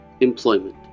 Employment